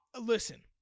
Listen